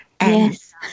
Yes